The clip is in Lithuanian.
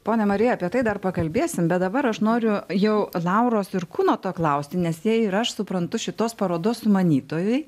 ponia marij apie tai dar pakalbėsim bet dabar aš noriu jau lauros ir kunoto klausti nes jei ir aš suprantu šitos parodos sumanytojai